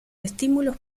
estímulos